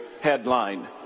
headline